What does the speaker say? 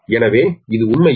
எனவே இது உண்மையில் 2Zs